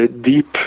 deep